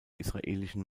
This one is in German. israelischen